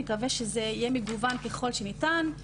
נקווה שזה יהיה מגוון ככל שניתן.